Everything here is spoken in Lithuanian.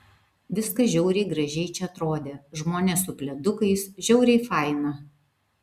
viskas žiauriai gražiai čia atrodė žmonės su pledukais žiauriai faina